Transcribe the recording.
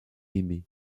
aimé